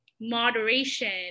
moderation